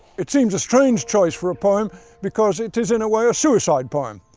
it seems a strange choice for a poem because it is, in a way, a suicide poem.